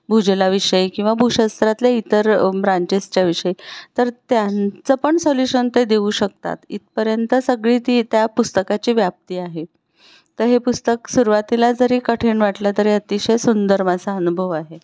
भूजलाविषयी किंवा भूशास्त्रातल्या इतर ब्रांचेसच्याविषयी तर त्यांचं पण सोल्युशन ते देऊ शकतात इथपर्यंत सगळी ती त्या पुस्तकाची व्याप्ती आहे तर हे पुस्तक सुरवातीला जरी कठीण वाटलं तरी अतिशय सुंदर माझा अनुभव आहे